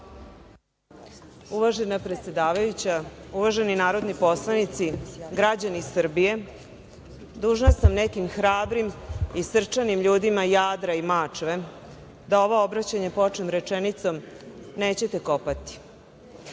Uvažena predsedavajuća, uvaženi narodni poslanici, građani Srbije, dužna sam nekim hrabrim i srčanim ljudima Jadra i Mačve da ovo obraćanje počnem rečenicom – nećete kopati. Sada